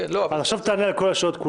עכשיו תענה על כל השאלות.